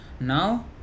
now